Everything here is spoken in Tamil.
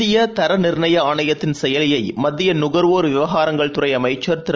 இந்திய தர நிர்ணய ஆணையத்தின் செயலியை மத்திய நுகர்வோர் விவகாரங்கள் துறை அமைச்சர் திரு